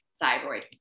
thyroid